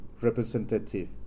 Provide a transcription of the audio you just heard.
representative